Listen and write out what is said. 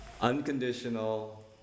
Unconditional